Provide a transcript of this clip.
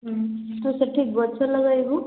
ହୁଁ ତୁ ସେଠି ଗଛ ଲଗାଇବୁ